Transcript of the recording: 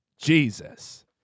Jesus